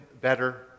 better